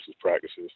practices